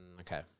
Okay